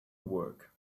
work